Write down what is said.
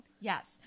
yes